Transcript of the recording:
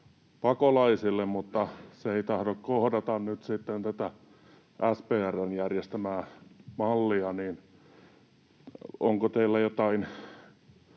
pakolaisille, mutta se ei tahdo kohdata nyt sitten tätä SPR:n järjestämää mallia. Onko teillä jotain